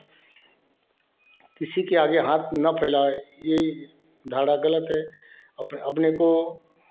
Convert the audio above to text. किसी के आगे हाथ न फैलाएँ यह धारणा गलत है अपने को